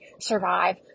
survive